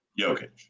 Jokic